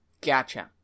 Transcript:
Gotcha